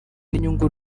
n’inyungu